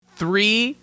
three